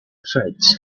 threads